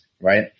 right